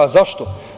A, zašto?